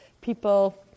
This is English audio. people